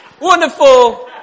wonderful